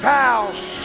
house